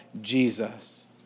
Jesus